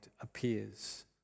appears